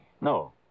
No